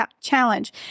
challenge